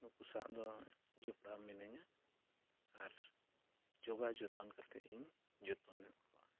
ᱱᱩᱠᱩ ᱥᱟᱣᱫᱚ ᱡᱚᱯᱲᱟᱣ ᱢᱤᱱᱟᱹᱧᱟ ᱟᱨ ᱡᱚᱜᱟᱣ ᱡᱚᱛᱚᱱ ᱠᱟᱛᱮᱫ ᱤᱧ ᱡᱚᱛᱚᱱᱮᱫ ᱠᱚᱣᱟ